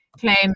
claim